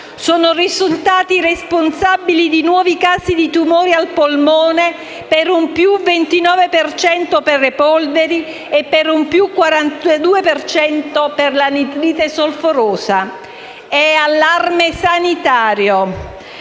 Sono risultati responsabili di nuovi casi di tumore al polmone per un più 29 per cento per le polveri e per un più 42 per cento per l'anidride solforosa. È allarme sanitario.